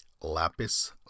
Lapis